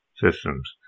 systems